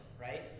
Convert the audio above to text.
right